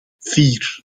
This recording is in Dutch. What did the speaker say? vier